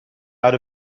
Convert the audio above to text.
out